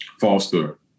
Foster